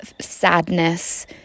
sadness